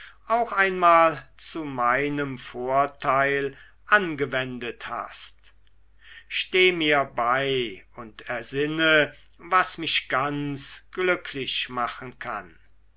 auch einmal zu meinem vorteil angewendet hast steh mir bei und ersinne was mich ganz glücklich machen kann